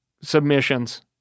submissions